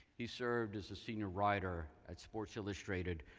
he served as the senior writer at sports illustrated,